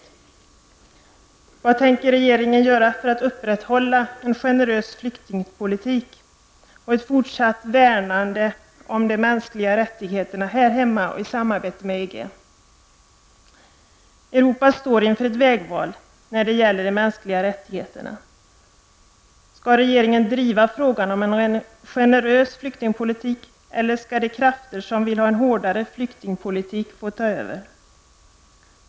Men vad tänker regeringen göra för att upprätthålla en generös flyktingpolitik och ett fortsatt värnande av de mänskliga rättigheterna här hemma och i samarbetet med EG? Europa står inför ett vägval när det gäller de mänskliga rättigheterna. Skall regeringen driva frågan om en generös flyktingpolitik, eller skall de krafter som vill ha en hårdare flyktingpolitik få ta över?